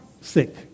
sick